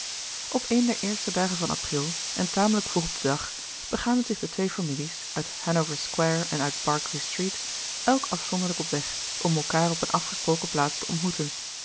op een der eerste dagen van april en tamelijk vroeg op den dag begaven zich de twee families uit hanover square en uit berkeley street elk afzonderlijk op weg om elkaar op een afgesproken plaats te ontmoeten